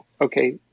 Okay